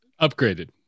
Upgraded